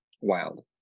wild